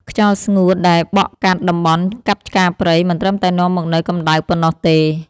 ខ្យល់ស្ងួតដែលបក់កាត់តំបន់កាប់ឆ្ការព្រៃ មិនត្រឹមតែនាំមកនូវកម្ដៅប៉ុណ្ណោះទេ។